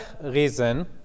reason